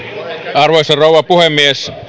arvoisa rouva puhemies